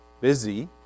busy